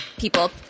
people